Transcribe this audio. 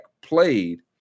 played